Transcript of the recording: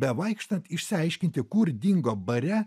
bevaikštant išsiaiškinti kur dingo bare